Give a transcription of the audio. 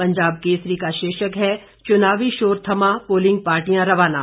पंजाब केसरी का शीर्षक है चुनावी शोर थमा पोलिंग पार्टियां रवाना